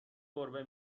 گربه